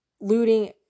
looting